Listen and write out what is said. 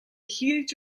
huge